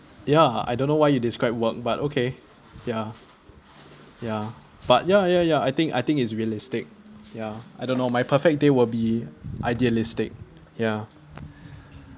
ya I don't know why you describe work but okay ya ya but ya ya ya I think I think it's realistic ya I don't know my perfect day will be idealistic ya